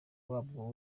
wabwo